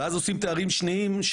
ואחר כך תארים שניים,